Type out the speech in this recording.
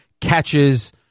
catches